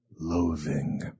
Loathing